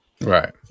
right